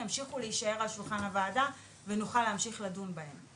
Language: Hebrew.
ימשיכו להישאר על שולחן הוועדה ונוכל להמשיך לדון בהם.